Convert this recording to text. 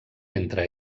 entre